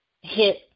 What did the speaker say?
hit